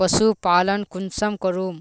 पशुपालन कुंसम करूम?